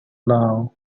love